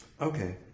Okay